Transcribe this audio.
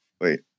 Wait